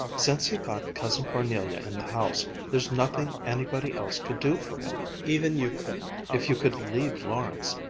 since he got cousin parnelia in the house, there's nothing anybody else could do for him. even you couldn't, if you could leave lawrence.